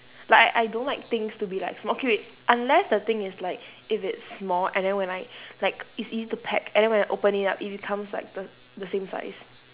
like I I don't like things to be like small okay wait unless the thing is like if it's small and then when I like it's easy to pack and then when I open it up it becomes like the the same size